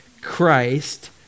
Christ